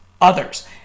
others